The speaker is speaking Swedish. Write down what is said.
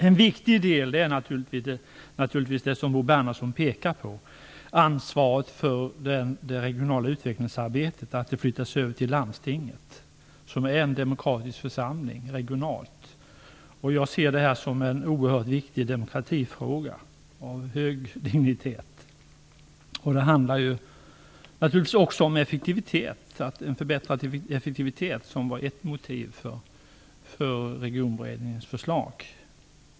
En viktig del är naturligtvis det som Bo Bernhardsson pekar på, att ansvaret för det regionala utvecklingsarbetet flyttas över till landstinget som är en demokratisk församling regionalt. Jag ser det här som en demokratifråga av hög dignitet. Naturligtvis handlar det också om en förbättrad effektivitet, vilket var ett motiv för Regionberedningens förslag.